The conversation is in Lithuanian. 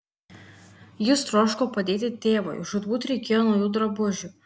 jis troško padėti tėvui žūtbūt reikėjo naujų drabužių